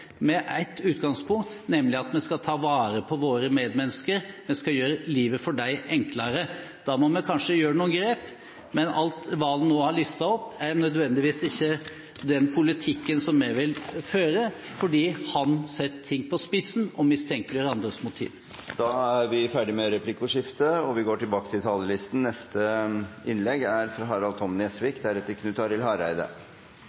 med ett utgangspunkt, nemlig at vi skal ta vare på våre medmennesker og gjøre livet enklere for dem. Da må vi kanskje gjøre noen grep, men alt det Serigstad Valen nå listet opp, er ikke nødvendigvis den politikken vi vil føre, for han setter ting på spissen og mistenkeliggjør andres motiver. Replikkordskiftet er omme. Det 159. storting er åpnet, og